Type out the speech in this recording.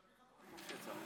תמיד חתומים.